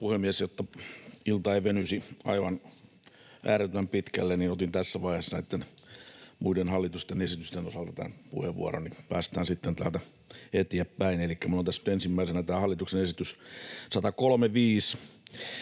Jotta ilta ei venyisi aivan äärettömän pitkälle, niin otin tässä vaiheessa näitten muiden hallituksen esitysten osalta tämän puheenvuoroni. Päästään sitten täältä etiäpäin. Elikkä minulla on tässä nyt ensimmäisenä tämä hallituksen esitys 135,